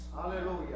Hallelujah